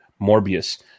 Morbius